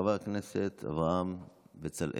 חבר הכנסת אברהם בצלאל,